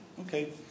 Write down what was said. Okay